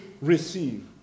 receive